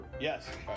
Yes